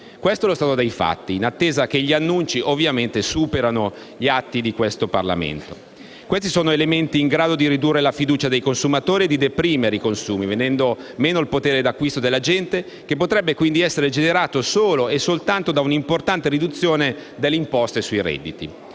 Questo è lo stato dei fatti, in attesa che gli annunci superino ovviamente gli atti parlamentari. Questi elementi sono in grado di ridurre la fiducia dei consumatori e deprimere i consumi, venendo meno il potere d'acquisto della gente, che potrebbe quindi essere generato solo e soltanto da un'importante riduzione delle imposte sui redditi.